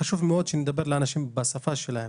חשוב מאוד שנדבר לאנשים בשפה שלהם.